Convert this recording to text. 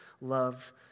love